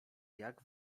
jak